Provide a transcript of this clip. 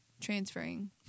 transferring